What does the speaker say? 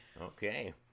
Okay